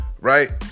Right